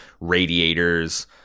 radiators